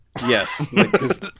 Yes